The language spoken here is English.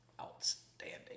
outstanding